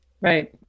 Right